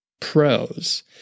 pros